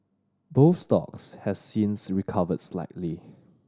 both stocks have since recovered slightly